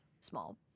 small